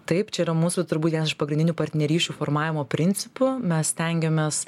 taip čia yra mūsų turbūt vienas iš pagrindinių partnerysčių formavimo principų mes stengiamės